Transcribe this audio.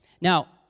Now